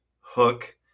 hook